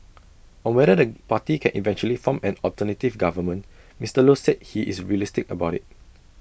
on whether the party can eventually form an alternative government Mister low said he is realistic about IT